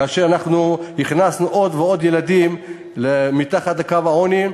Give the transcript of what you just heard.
כאשר הכנסנו עוד ועוד ילדים אל מתחת לקו העוני,